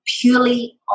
purely